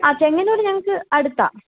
ആ ചെങ്ങന്നൂർ ഞങ്ങൾക്ക് അടുത്താണ്